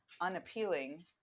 unappealing